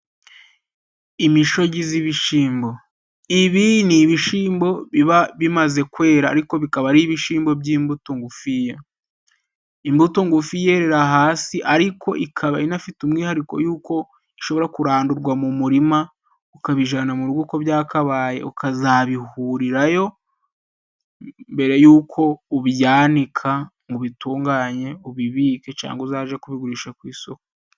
Imishogi z'ibishimbo: Ibi ni ibishimbo biba bimaze kwera ariko bikaba ari ibishimbo by'imbuto ngufiya; imbuto ngufi yerera hasi, ariko ikaba inafite umwihariko yuko ishobora kurandurwa mu murima, ukabijana mu rugo uko byakabaye, ukazabihurirayo mbere yuko ubyanika ngo ubitunganye ubibike, cyangwa uzaje kubigurisha ku isoko.